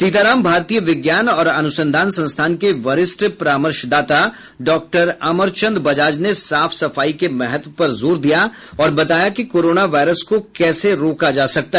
सीताराम भारतीय विज्ञान और अनुसंधान संस्थान के वरिष्ठ परामर्शदाता डॉक्टर अमरचंद बजाज ने साफ सफाई के महत्व पर जोर दिया और बताया कि कोरोना वायरस को कैसे रोका जा सकता है